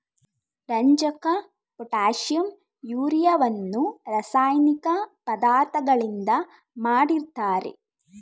ರಂಜಕ, ಪೊಟ್ಯಾಷಿಂ, ಯೂರಿಯವನ್ನು ರಾಸಾಯನಿಕ ಪದಾರ್ಥಗಳಿಂದ ಮಾಡಿರ್ತರೆ